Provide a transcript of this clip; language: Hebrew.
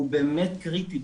הוא באמת קריטי,